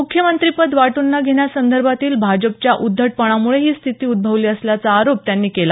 मुख्यमंत्रीपद वाटून न घेण्यासंदर्भातील भाजपच्या उद्धटपणामुळे ही स्थिती उदभवली असल्याचा आरोप त्यांनी केला